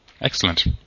Excellent